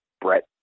Brett